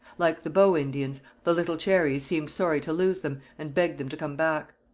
like the bow indians, the little cherries seemed sorry to lose them and begged them to come back.